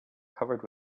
covered